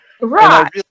right